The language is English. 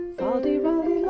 fol de rol,